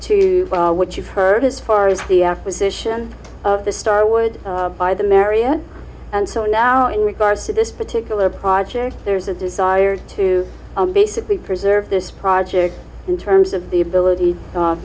to what you've heard as far as the acquisition of the starwood by the marriott and so now in regards to this particular project there's a desire to basically preserve this project in terms of the abilit